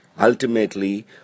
Ultimately